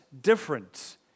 different